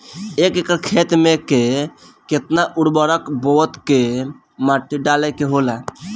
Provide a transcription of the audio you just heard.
एक एकड़ खेत में के केतना उर्वरक बोअत के माटी डाले के होला?